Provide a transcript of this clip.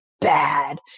bad